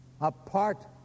apart